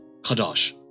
kadosh